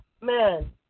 man